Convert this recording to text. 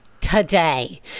today